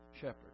Shepherd